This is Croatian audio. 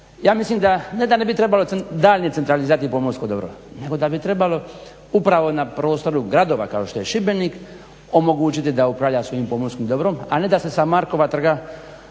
ja mislim da ne da ne bi trebalo daljnje centralizirati pomorsko dobro nego da bi trebalo upravo na prostoru gradova kao što je Šibenik omogućiti da upravlja svojim pomorskim dobrom, a ne da se sa Markova trga